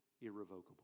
irrevocable